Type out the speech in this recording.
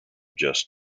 just